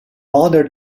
order